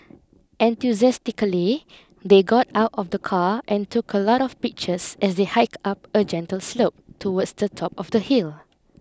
enthusiastically they got out of the car and took a lot of pictures as they hike up a gentle slope towards the top of the hill